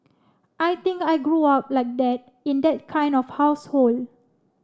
I think I grew up like that in that kind of household